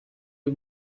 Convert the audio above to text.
you